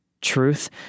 Truth